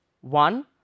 One